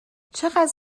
چقدر